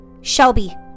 Shelby